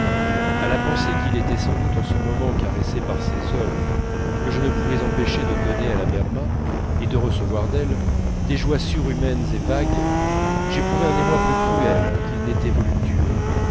à la pensée qu'il était sans doute en ce moment caressé par ces hommes que je ne pouvais empêcher de donner à la berma et de recevoir d'elle des joies surhumaines et vagues j'éprouvais un émoi plus cruel qu'il n'était voluptueux